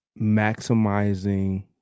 maximizing